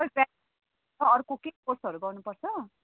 sir मा अर्को केही कोर्सहरू गर्नुपर्छ